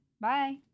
Bye